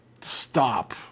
stop